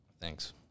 Thanks